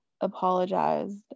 apologized